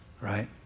right